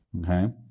Okay